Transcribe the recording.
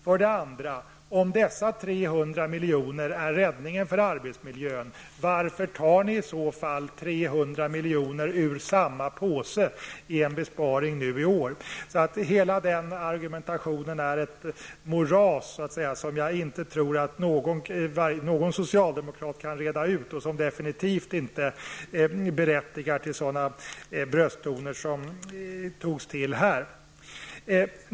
För det andra: Om de 300 miljonerna är räddningen för arbetsmiljön, varför tar ni i så fall nu 300 miljoner ur samma påse för en besparing i år? Hela denna argumentation är ett moras, som jag inte tror att någon socialdemokrat kan klara sig ur och som definitivt inte berättigar ill sådana brösttoner som de som framfördes här.